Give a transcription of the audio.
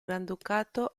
granducato